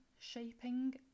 shaping